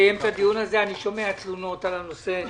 לדיון בנושא, כי אני שומע תלונות על העניין